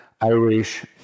Irish